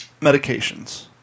medications